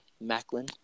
Macklin